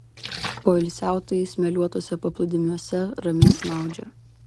poilsiautojai smėliuotuose paplūdimiuose ramiai snaudžia